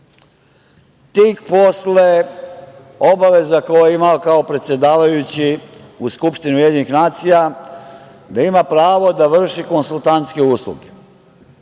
tik posle obaveza koje je imao kao predsedavajući u Skupštini UN da ima pravo da vrši konsultantske usluge.